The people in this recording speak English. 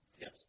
Yes